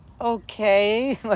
okay